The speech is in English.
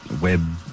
web